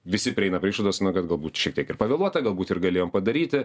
visi prieina prie išvados na kad galbūt šiek tiek ir pavėluota galbūt ir galėjom padaryti